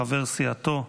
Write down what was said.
חבר סיעתו,